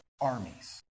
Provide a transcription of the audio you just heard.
armies